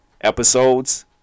episodes